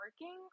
working